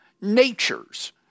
natures